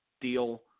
deal